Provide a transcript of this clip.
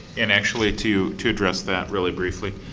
and actually to to address that really briefly.